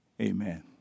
Amen